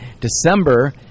December